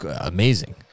amazing